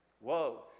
whoa